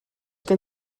gen